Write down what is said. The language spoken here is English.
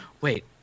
wait